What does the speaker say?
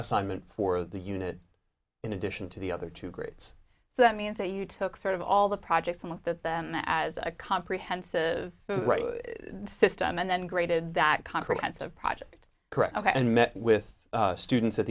assignment for the unit in addition to the other two grades so that means that you took sort of all the projects and looked at them as a comprehensive system and then graded that comprehensive project correct and met with students at